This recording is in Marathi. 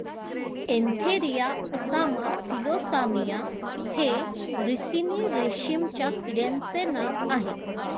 एन्थेरिया असामा फिलोसामिया हे रिसिनी रेशीमच्या किड्यांचे नाव आह